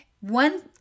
One